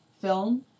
film